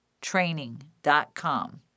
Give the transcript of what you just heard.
training.com